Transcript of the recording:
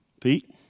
Pete